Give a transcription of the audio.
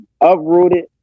uprooted